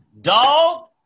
dog